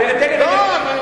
לא, אני